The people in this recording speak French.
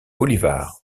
bolívar